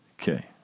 okay